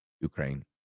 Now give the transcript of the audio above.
Ukraine